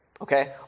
okay